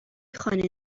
خانه